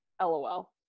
lol